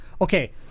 Okay